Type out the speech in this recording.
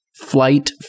flight